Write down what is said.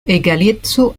egaleco